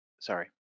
Sorry